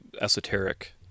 esoteric